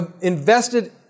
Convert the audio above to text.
invested